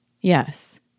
Yes